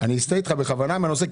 אני אסטה אתך בכוונה מהנושא,